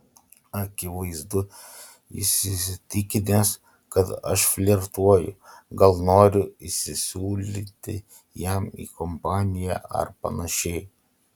akivaizdu jis įsitikinęs kad aš flirtuoju gal noriu įsisiūlyti jam į kompaniją ar panašiai